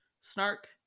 snark